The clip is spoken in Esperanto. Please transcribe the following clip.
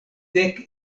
dek